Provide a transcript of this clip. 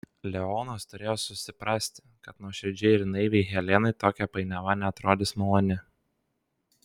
leonas turėjo susiprasti kad nuoširdžiai ir naiviai helenai tokia painiava neatrodys maloni